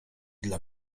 dla